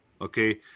okay